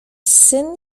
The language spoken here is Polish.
syn